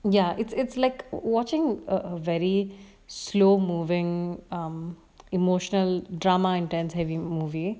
ya it's it's like watching a very slow moving um emotional drama and dance heavy movie